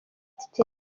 icyemezo